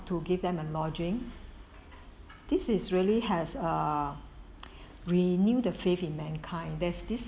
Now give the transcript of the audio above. to give them a lodging this is really has uh we knew the faith in mankind there's this